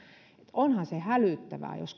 onhan se hälyttävää jos